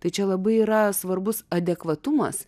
tai čia labai yra svarbus adekvatumas